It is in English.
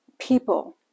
people